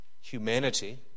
humanity